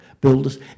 builders